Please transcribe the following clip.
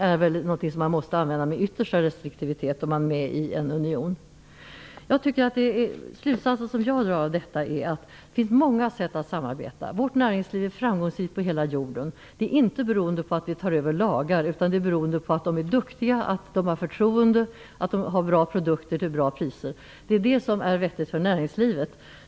Detta måste man väl använda med yttersta restriktivitet om man går in i en union. Den slutsats som jag drar av detta är att det finns många sätt att samarbeta. Vårt näringsliv är framgångsrikt över hela världen, inte beroende på att vi tar över lagar utan på att våra näringslivsföreträdare är duktiga, möts av förtroende och har bra produkter till bra priser. Det är detta som är vettigt för näringslivet.